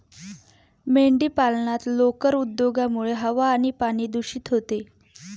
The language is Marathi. मेंढीपालनात लोकर उद्योगामुळे हवा आणि पाणी दूषित होते